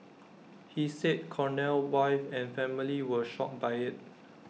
he said Cornell wife and family were shocked by IT